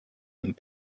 and